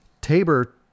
Tabor